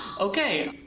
okay,